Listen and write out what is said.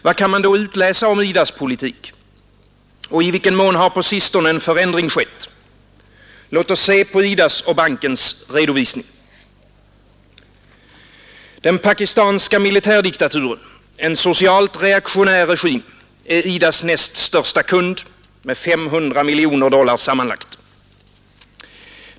Vad kan vi då utläsa om IDA:s politik? Och i vilken mån har på sistone en förändring skett? Låt oss se på IDA:s och bankens redovisning! Den pakistanska militärdiktaturen, en socialt reaktionär regim, är IDA :s näst största kund, med 500 miljoner dollar sammanlagt.